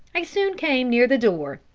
i soon came near the door.